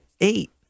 eight